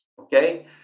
okay